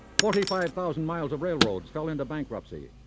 forty five thousand miles of railroads fell into bankruptcy.